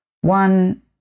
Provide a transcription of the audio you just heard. One